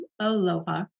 aloha